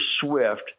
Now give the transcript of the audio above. Swift